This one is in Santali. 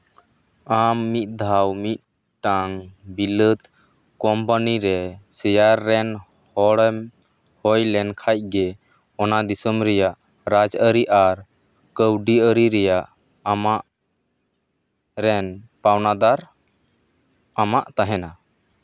ᱟᱢ ᱢᱤᱫᱴᱟᱣ ᱢᱤᱫᱴᱟᱱ ᱵᱤᱞᱟᱹᱛ ᱠᱳᱢᱯᱟᱱᱤᱨᱮ ᱥᱮᱭᱟᱨ ᱨᱮᱱ ᱦᱚᱲᱮᱢ ᱦᱩᱭ ᱞᱮᱱᱠᱷᱟᱡ ᱜᱮ ᱚᱱᱟ ᱫᱤᱥᱚᱢ ᱨᱮᱭᱟᱜ ᱨᱟᱡᱽ ᱟᱹᱨᱤ ᱟᱨ ᱠᱟᱹᱣᱰᱤ ᱟᱹᱨᱤ ᱨᱮᱭᱟᱜ ᱟᱢᱟᱜ ᱨᱮᱱ ᱯᱟᱣᱱᱟᱫᱟᱨ ᱟᱢᱟᱜ ᱛᱟᱦᱮᱱᱟ